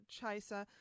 chaser